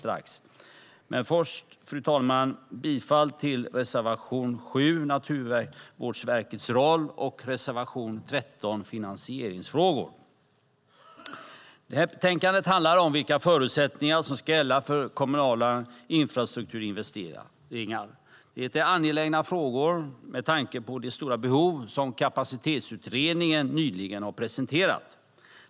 Jag yrkar bifall till reservation 7 Naturvårdsverkets roll och reservation 13 Finansieringsfrågor. Betänkandet handlar om vilka förutsättningar som ska gälla för kommunala infrastrukturinvesteringar. Det är angelägna frågor med tanke på de stora behov som Kapacitetsutredningen nyligen har presenterat.